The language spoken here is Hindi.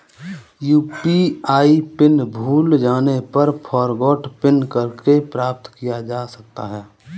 यू.पी.आई पिन भूल जाने पर फ़ॉरगोट पिन करके प्राप्त किया जा सकता है